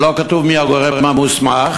ולא כתוב מי הגורם המוסמך,